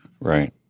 Right